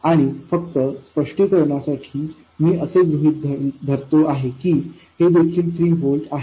आणि फक्त स्पष्टीकरणासाठी मी असे गृहीत धरतो आहे की हे देखील 3 व्होल्ट आहे